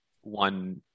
one